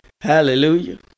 Hallelujah